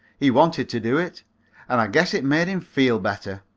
he wanted to do it and i guess it made him feel better.